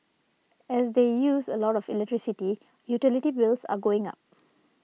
as they use a lot of electricity utility bills are going up